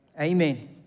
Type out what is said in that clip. Amen